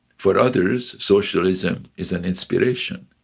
for others, socialism is an inspiration.